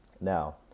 now